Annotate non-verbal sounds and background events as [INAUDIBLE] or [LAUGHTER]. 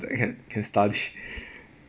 so you can can study [LAUGHS]